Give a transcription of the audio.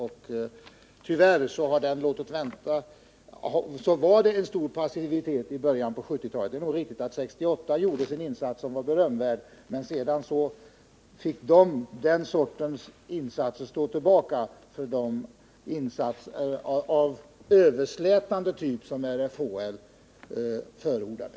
Beklagligtvis var det en stor passivitet i början på 1970-talet. Det är nog riktigt att det 1968 gjordes en insats som var berömvärd, men sedan fick den sortens insatser stå tillbaka för de insatser av överslätande typ som RFHL förordade.